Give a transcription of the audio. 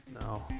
No